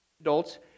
Adults